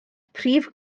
prif